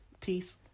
peace